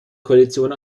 koalition